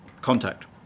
contact